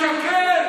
אתה משקר,